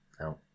no